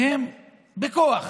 והם בכוח